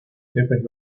jefes